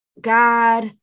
God